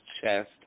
chest